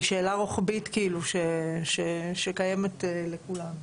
היא שאלה רוחבית שקיימת לכולם.